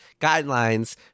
guidelines